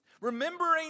remembering